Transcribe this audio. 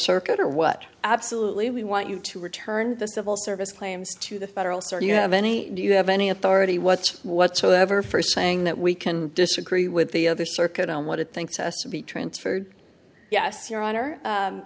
circuit or what absolutely we want you to return the civil service claims to the federal circuit you have any do you have any authority what whatsoever first saying that we can disagree with the other circuit on what it thinks us to be transferred yes your honor